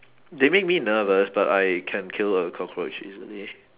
they make me nervous but I can kill a cockroach easily